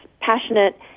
passionate